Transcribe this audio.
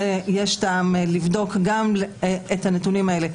ויש טעם לבדוק את הנתונים האלה,